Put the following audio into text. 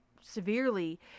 severely